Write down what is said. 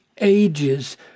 ages